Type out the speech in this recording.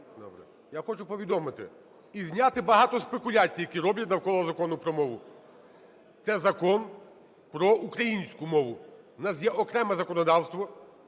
я хочу повідомити і зняти багато спекуляцій, які роблять навколо Закону про мову. Це Закон про українську мову. В нас є окреме законодавство